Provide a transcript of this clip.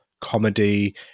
comedy